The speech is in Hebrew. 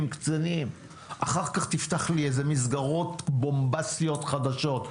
אחר כך תפתח מסגרות בומבסטיות חדשות.